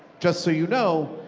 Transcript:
just so you know,